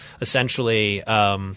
essentially –